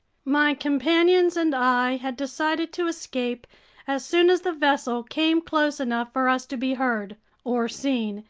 my companions and i had decided to escape as soon as the vessel came close enough for us to be heard or seen,